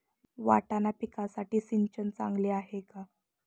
वाटाणा पिकासाठी सिंचन चांगले आहे का?